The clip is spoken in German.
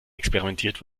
experimentiert